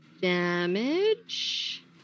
damage